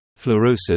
fluorosis